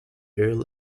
earl